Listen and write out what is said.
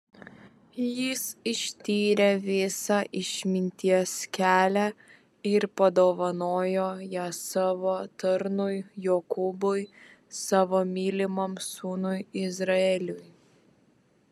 jis ištyrė visą išminties kelią ir padovanojo ją savo tarnui jokūbui savo mylimam sūnui izraeliui